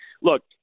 look